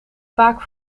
vaak